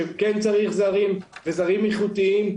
שכן צריך זרים וזרים איכותיים,